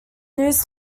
news